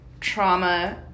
trauma